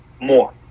More